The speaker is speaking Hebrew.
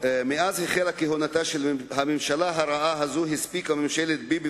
מאז החלה כהונתה של הממשלה הרעה הזאת הספיקה ממשלת ביבי